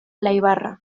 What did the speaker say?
laibarra